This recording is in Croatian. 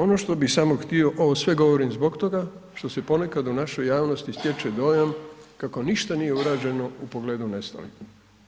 Ono što bi samo htio, ovo sve govorim zbog toga što se ponekad u našoj javnosti stječe dojam kako ništa nije urađeno u pogledu nestalih,